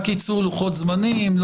רק ייצור לוחות זמנים.